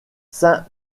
saint